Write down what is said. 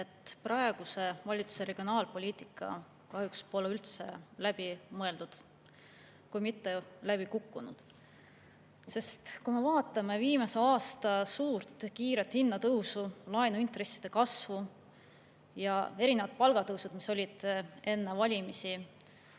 et praeguse valitsuse regionaalpoliitika pole kahjuks üldse läbi mõeldud, [ehk on see isegi] läbi kukkunud. Kui me vaatame viimase aasta suurt ja kiiret hinnatõusu, laenuintresside kasvu ja erinevaid palgatõuse, mis olid enne valimisi